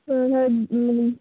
hmm hmm madam